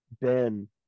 ben